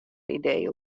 idee